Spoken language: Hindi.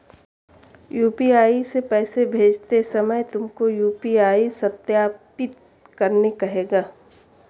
यू.पी.आई से पैसे भेजते समय तुमको यू.पी.आई सत्यापित करने कहेगा